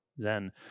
Zen